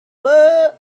woot